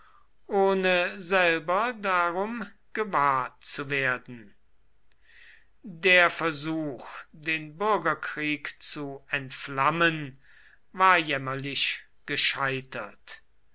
ohne selber darum gewahr zu werden der versuch den bürgerkrieg zu entflammen war jämmerlich gescheitert